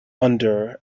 under